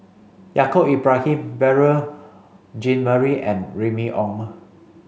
Yaacob Ibrahim Beurel Jean Marie and Remy Ong